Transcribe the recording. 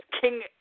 King